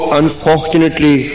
unfortunately